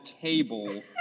table